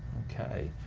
okay,